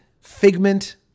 figment